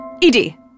E-D